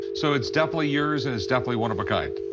so it's definitely yours, and it's definitely one of a kind.